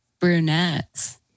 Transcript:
brunettes